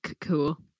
Cool